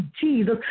Jesus